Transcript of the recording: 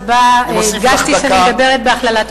שבה הדגשתי שאני מדברת בהכללה,